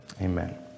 amen